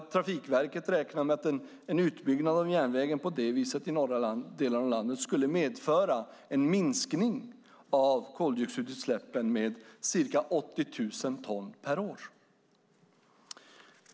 Trafikverket räknar med att en utbyggnad av järnvägen på det viset i norra delen av landet skulle medföra en minskning av koldioxidutsläppen med ca 80 000 ton per år.